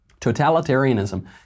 Totalitarianism